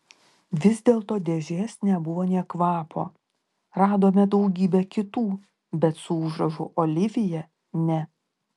vis dėlto dėžės nebuvo nė kvapo radome daugybę kitų bet su užrašu olivija ne